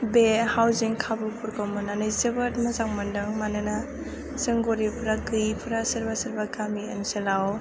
बे हाउसिंं खाबुफोरखौ मोननानै जोबोद मोजां मोनदों मानोना जों गरिबफोरा गैयिफोरा सोरबा सोरबा गामि ओनसोलाव